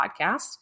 podcast